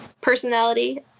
personality